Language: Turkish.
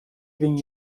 bin